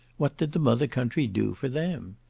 what did the mother country do for them?